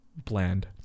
bland